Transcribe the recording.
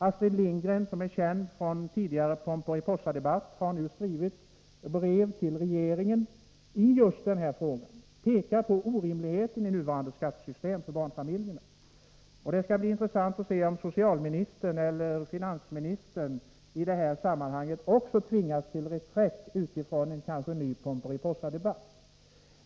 Astrid Lindgren, som är känd från tidigare Pomperipossadebatt, har nu skrivit brev till regeringen när det gäller just denna fråga, och hon har pekat på att det nuvarande skattesystemet är orimligt för barnfamiljerna. Det skall bli intressant att se om socialministern eller finansministern i detta sammanhang också tvingas till reträtt vid en eventuell ny Pomperipossadebatt.